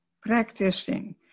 practicing